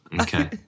Okay